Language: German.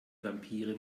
vampire